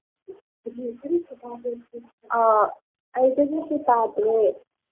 ꯀꯔꯤꯁꯨ ꯆꯥꯕ ꯌꯥꯗꯦ ꯑꯥ ꯑꯩ ꯀꯔꯤꯁꯨ ꯇꯥꯗ꯭ꯔꯦ